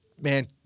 man